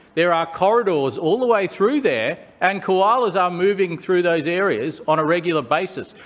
there are corridors all the way through there, and koalas are moving through those areas on a regular basis.